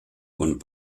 und